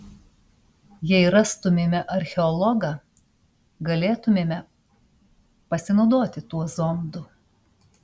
jei rastumėme archeologą galėtumėme pasinaudoti tuo zondu